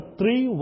three